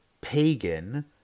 pagan